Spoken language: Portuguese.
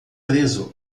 preso